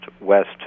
West